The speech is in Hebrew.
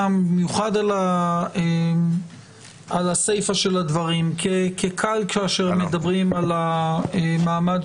במיוחד על הסיפה כי קל כשמדברים על מעמד